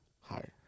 Higher